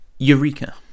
Eureka